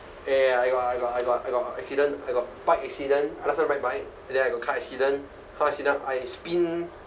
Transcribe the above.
eh I got I got I got I got accident I got bike accident last time I ride bike then I got car accident car accident I spin